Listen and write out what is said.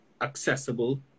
accessible